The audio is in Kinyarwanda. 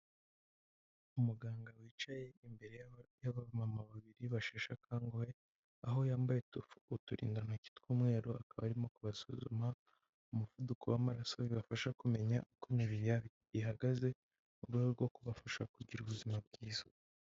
Umuganga wicaye imbere y'amama babiri basheshe akanguhe aho yambaye uturindantoki tw'umweru akaba arimo kubasuzuma umuvuduko w'amaraso bibafasha kumenya uko imibiri yabo ihagaze mu rwego rwo kubafasha kugira ubuzima bwiza.